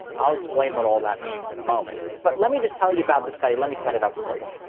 i'll explain what all that means in a moment, but let me just tell you about this study. let me set it up for you.